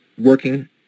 working